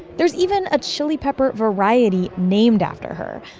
there's even a chili pepper variety named after her,